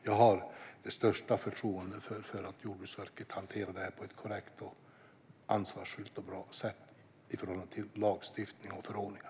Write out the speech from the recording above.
Jag har det största förtroende för att Jordbruksverket hanterar det här på ett korrekt, ansvarsfullt och bra sätt i förhållande till lagstiftning och förordningar.